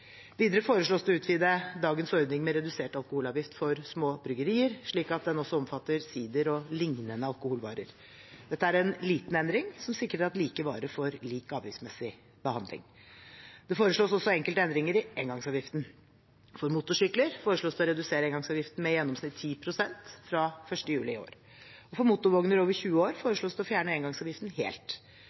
Videre foreslås det å utvide dagens ordning med redusert alkoholavgift for små bryggerier, slik at den også omfatter sider og lignende alkoholvarer. Dette er en liten endring som sikrer at like varer får lik avgiftsmessig behandling. Det foreslås også enkelte endringer i engangsavgiften. For motorsykler foreslås det å redusere engangsavgiften med i gjennomsnitt 10 pst. fra 1. juli i år. For motorvogner over 20 år foreslås det å fjerne engangsavgiften helt.